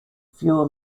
fewer